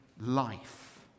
life